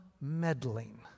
meddling